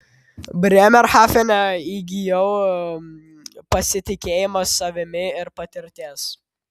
brėmerhafene įgijau pasitikėjimo savimi ir patirties